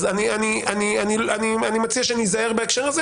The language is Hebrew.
אני מציע שניזהר בהקשר הזה.